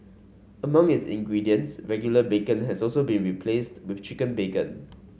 among its ingredients regular bacon has also been replaced with chicken bacon